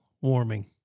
warming